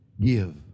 give